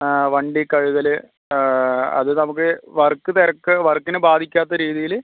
വണ്ടി കഴുകൽ അത് നമുക്ക് വർക്ക് തിരക്ക് വർക്കിന് ബാധിക്കാത്ത രീതിയിൽ